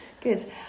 Good